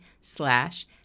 slash